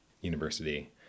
university